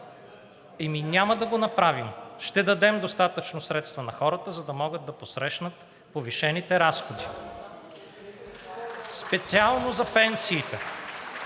Ами няма да го направим. Ще дадем достатъчно средства на хората, за да могат да посрещнат повишените разходи. (Ръкопляскания